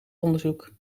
onderzoek